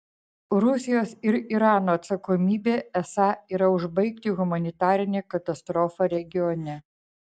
rusijos ir irano atsakomybė esą yra užbaigti humanitarinę katastrofą regione